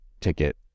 ticket